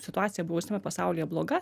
situacija buvusiame pasaulyje bloga